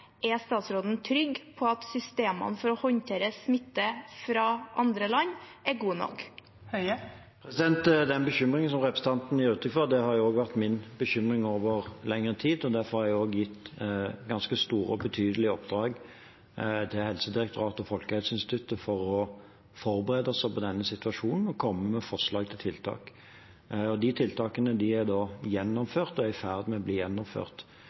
er statsråden trygg på at systemene for å håndtere smitte fra andre land er gode nok? Den bekymringen som representanten gir uttrykk for, har også vært min bekymring over lengre tid. Derfor har jeg også gitt ganske store og betydelige oppdrag til Helsedirektoratet og Folkehelseinstituttet for å forberede oss på denne situasjonen og komme med forslag til tiltak. De tiltakene er gjennomført og i ferd med å bli gjennomført.